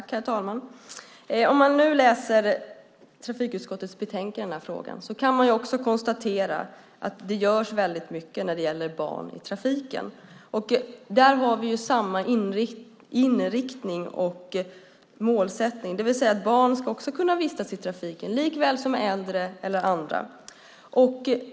Herr talman! Om man nu läser trafikutskottets betänkande i frågan kan man också konstatera att det görs väldigt mycket när det gäller barn i trafiken. Där har vi samma inriktning och målsättning. Barn ska också kunna vistas i trafiken likaväl som äldre eller andra.